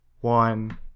one